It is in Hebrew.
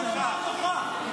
יש אופציה לומר "נוכח".